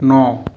नौ